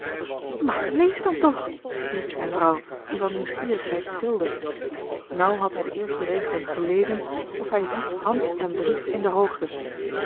maar lees dan toch riep zijne vrouw die van nieuwsgierigheid trilde naauw had hij de eerste regelen gelezen of hij hief hand en brief in de hoogte